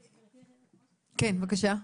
בבקשה.